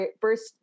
first